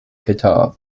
guitar